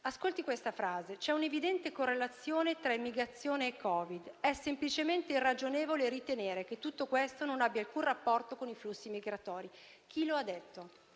Ascolti questa frase: «C'è un evidente correlazione tra immigrazione e Covid. È semplicemente irragionevole ritenere che tutto questo non abbia alcun rapporto con i flussi migratori». Chi lo ha detto?